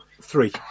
Three